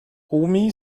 omi